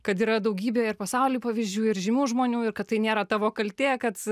kad yra daugybė ir pasauly pavyzdžių ir žymių žmonių ir kad tai nėra tavo kaltė kad